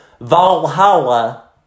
Valhalla